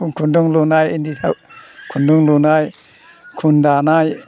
खुन्दुं लुनाय इन्दि खुन्दुं लुनाय खुन दानाय